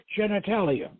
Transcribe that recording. genitalia